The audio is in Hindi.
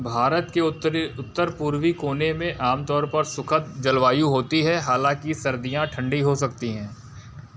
भारत के उत्तरी उत्तर पूर्वी कोने में आमतौर पर सुखद जलवायु होती है हालांकि सर्दियाँ ठंडी हो सकती हैं